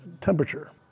temperature